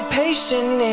patient